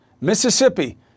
Mississippi